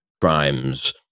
crimes